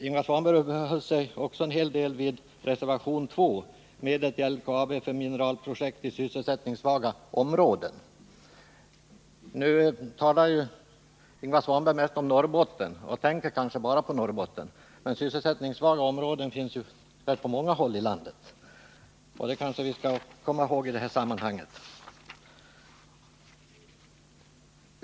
Han uppehöll sig också en hel del vid reservation 2 om medel till LKAB för nya mineralprojekt i sysselsättningssvaga områden. Ingvar Svanberg talar mest om Norrbotten och tänker kanske bara på den landsändan. Men sysselsättningssvaga områden finns på många andra håll i landet, vilket vi bör komma ihåg i sammanhanget.